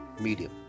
Medium